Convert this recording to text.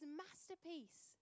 masterpiece